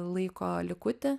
laiko likutį